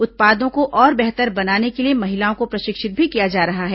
उत्पादों को और बेहतर बनाने के लिए महिलाओं को प्रशिक्षित भी किया जा रहा है